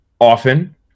often